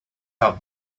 how